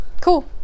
Cool